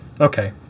Okay